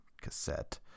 cassette